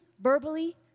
verbally